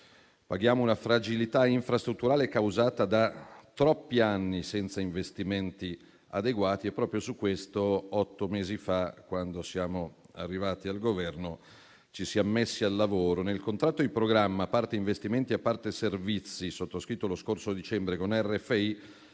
Paghiamo una fragilità infrastrutturale causata da troppi anni senza investimenti adeguati e proprio su questo otto mesi fa, quando siamo arrivati al Governo, ci siamo messi al lavoro. Nel contratto di programma, nella parte relativa a investimenti e servizi, sottoscritto lo scorso dicembre con Rete